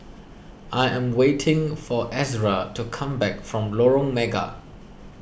I am waiting for Ezra to come back from Lorong Mega